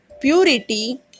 purity